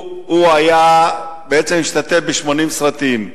הוא בעצם השתתף ב-80 סרטים.